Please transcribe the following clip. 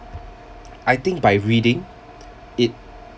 I think by reading it